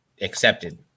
accepted